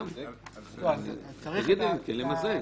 גם, למזג.